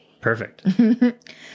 Perfect